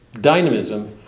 dynamism